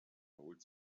erholt